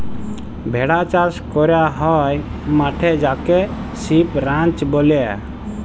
ভেড়া চাস ক্যরা হ্যয় মাঠে যাকে সিপ রাঞ্চ ব্যলে